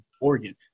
Oregon